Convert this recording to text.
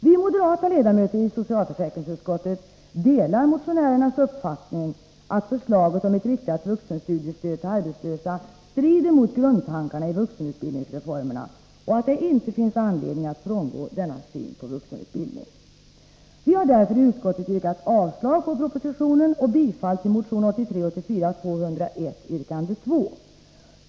Vi moderata ledamöter i socialförsäkringsutskottet delar motionärernas uppfattning att förslaget om ett riktat vuxenstudiestöd till arbetslösa strider mot grundtankarna i vuxenutbildningsreformerna. Vi anser inte att det finns anledning att frångå denna syn på vuxenutbildning och har därför i utskottet yrkat avslag på proposition 25 och bifall till motion 201, yrkande 2.